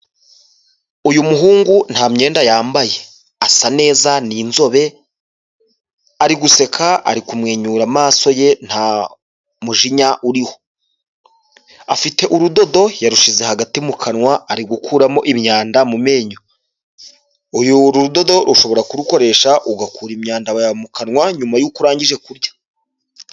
Uyu muhungu nta myenda yambaye asa neza ni inzobe, ari guseka, ari kumwenyura amaso ye nta mujinya uriho afite urudodo yarushize hagati mu kanwa ari gukuramo imyanda mu menyo uyu rudodo ushobora kurukoresha ugakura imyanda yawe mu kanwa nyuma yuko urangije kurya.